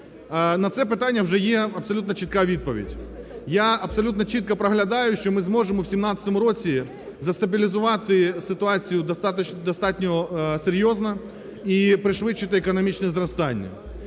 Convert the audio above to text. На це питання вже є абсолютно чітка відповідь, я абсолютно чітко проглядаю, що ми зможемо у 2017 році застабілізувати ситуацію достатньо серйозно і пришвидшити економічне зростання.